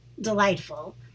delightful